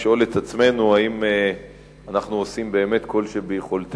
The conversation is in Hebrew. לשאול את עצמנו אם אנחנו עושים באמת כל שביכולתנו,